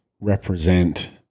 represent